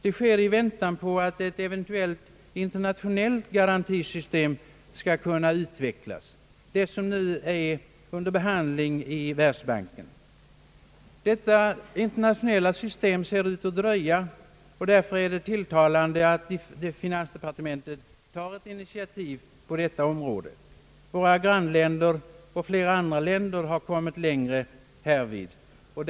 Det sker i väntan på att eventuelit — internationellt = garantisystem skall utvecklas, det som nu är under behandling i Världsbanken. Detta internationella system ser ut att dröja, och det är därför tilltalande att finansdepartementet tar ett initiativ på detta område. Våra grannländer och flera andra länder har kommit längre härvidlag.